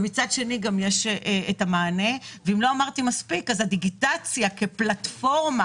ובצד השני יש את הדיגיטציה כפלטפורמה